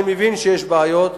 אני מבין שיש בעיות,